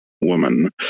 woman